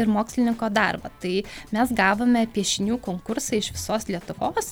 ir mokslininko darbą tai mes gavome piešinių konkursą iš visos lietuvos